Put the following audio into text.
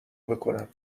بکنم